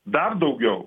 dar daugiau